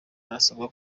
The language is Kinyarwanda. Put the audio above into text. barasabwa